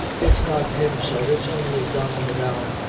it's not him, sir it's only donnel m'gowan,